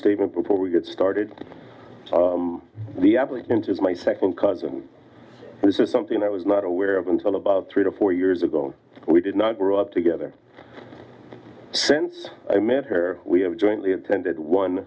statement before we get started the applicant is my second cousin this is something that was not aware of until about three to four years ago we did not grow up together since i met her we have jointly attended one